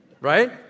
right